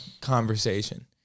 conversation